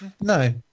No